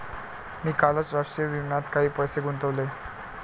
मी कालच राष्ट्रीय विम्यात काही पैसे गुंतवले